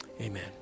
amen